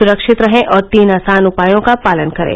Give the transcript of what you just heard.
सुरक्षित रहें और तीन आसान उपायों का पालन करें